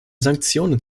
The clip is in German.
sanktionen